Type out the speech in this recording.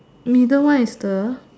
middle one is the